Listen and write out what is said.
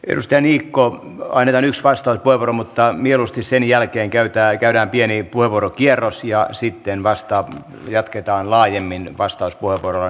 edustaja niikko annetaan yksi vastauspuheenvuoro mutta mieluusti sen jälkeen käydään pieni puheenvuorokierros ja sitten vasta jatketaan laajemmin vastauspuheenvuoroilla